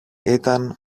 ήταν